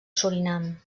surinam